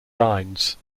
lines